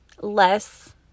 less